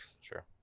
sure